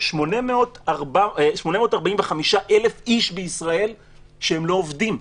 יש 845,000 איש בישראל שלא עובדים.